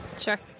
Sure